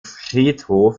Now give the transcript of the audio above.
friedhof